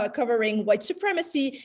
ah covering white supremacy,